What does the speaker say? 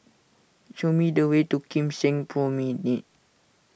show me the way to Kim Seng Promenade